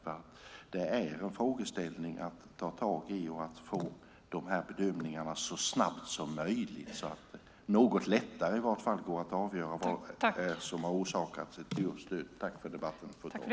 Detta är en fråga att ta tag i, så att man får de här bedömningarna så snabbt som möjligt, så att det något lättare går att avgöra vad det är som har orsakat ett djurs död.